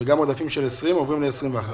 במקרה שאתה במצב שלילי, מה נעשה?